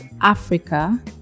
Africa